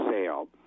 sale